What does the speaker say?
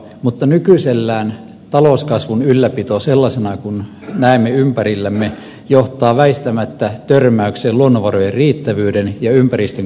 mutta nykyisellään talouskasvun ylläpito sellaisena kuin näemme ympärillämme johtaa väistämättä törmäykseen luonnonvarojen riittävyyden ja ympäristön kestävyyden kanssa